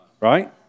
right